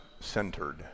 Centered